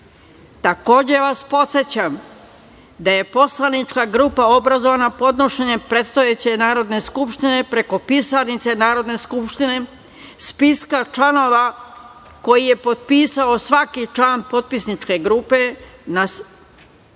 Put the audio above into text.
grupe. Takođe vas podsećam da je poslanička grupa obrazovana podnošenjem predstojeće Narodne skupštine preko pisarnice Narodne skupštine spiska članova koji je potpisao svaki član poslaničke grupe. Na spisku